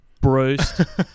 Bruce